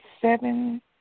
seven